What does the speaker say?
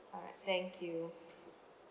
alright thank you